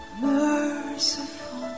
merciful